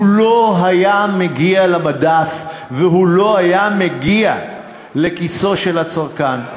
הוא לא היה מגיע למדף והוא לא היה מגיע לכיסו של הצרכן.